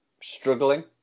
struggling